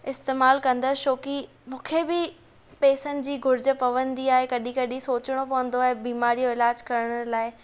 इस्तेमाल कंदुसि छोकी मूंखे बि पैसनि जी घुर्ज पवंदी आहे कॾहिं कॾहिं सोचणो पवंदो आहे बिमारी जो इलाजु करण लाइ